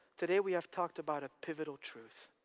today we have talked about a pivotal truth.